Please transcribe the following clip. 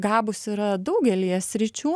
gabūs yra daugelyje sričių